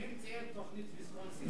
הוא המציא את תוכנית ויסקונסין.